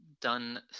done